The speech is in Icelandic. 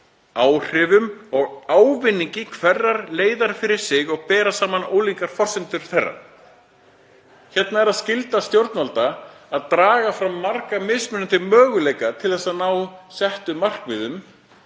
áhrifum og ávinningi hverrar leiðar fyrir sig og bera saman ólíkar forsendur þeirra.“ Hérna er það skylda stjórnvalda að draga fram marga mismunandi möguleika til að ná settum markmiðum,